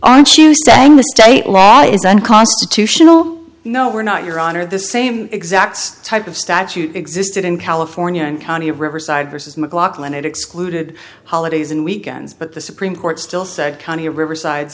aren't you saying the state law is unconstitutional no were not your honor the same exact type of statute existed in california and county riverside versus mclaughlin it excluded holidays and weekends but the supreme court still said county riverside